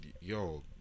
yo